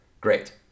great